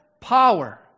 power